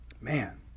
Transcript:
man